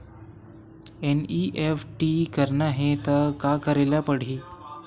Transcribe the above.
NEFT करना हे त का करे ल पड़हि?